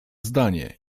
zdanie